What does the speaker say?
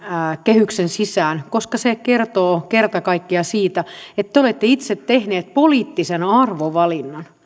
kehyksen sisään koska se kertoo kerta kaikkiaan siitä että te olette itse tehneet poliittisen arvovalinnan